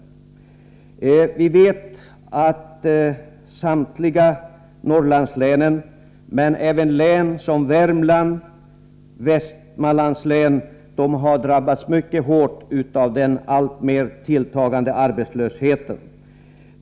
Vi vet att samtliga Norrlandslän, men även län som Värmland och Västmanland, har drabbats mycket hårt av den alltmer tilltagande arbetslösheten.